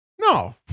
No